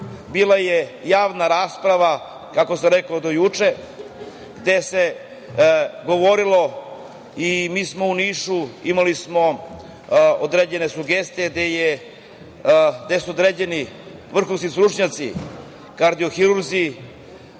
bila je javna rasprava, kako sam rekao, do juče, gde se govorilo i mi smo u Nišu imali određene sugestije, gde su određeni vrhunski stručnjaci, kardiohirurzi,